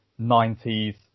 90s